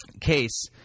case